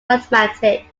mathematics